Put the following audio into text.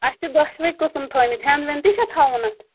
اَسہِ چھِ دۄشوَے قٕسٕم تھٲوۍمٕتۍ ہٮ۪نٛد وٮ۪نٛد تہِ چھَ تھاوُن اَتھ